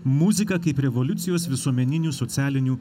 muziką kaip revoliucijos visuomeninių socialinių